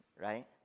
right